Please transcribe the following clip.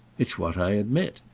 it's what i admit.